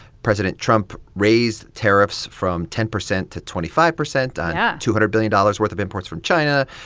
president trump raised tariffs from ten percent to twenty five percent on yeah two hundred billion dollars worth of imports from china.